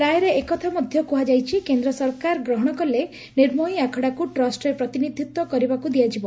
ରାୟରେ ଏକଥା ମଧ୍ଧ କୁହାଯାଇଛି କେନ୍ଦ୍ର ସରକାର ଗ୍ରହଣ କଲେ ନିର୍ମୋହି ଆଖଡ଼ାକୁ ଟ୍ରଷ୍ଟରେ ପ୍ରତିନିଧିତ୍ୱ କରିବାକୁ ଦିଆଯିବ